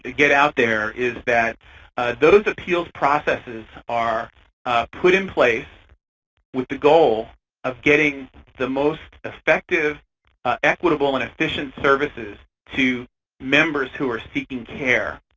ah get out there, is that those appeals processes are put in place with the goal of getting the most effective ah equitable and efficient services to members who are seeking care.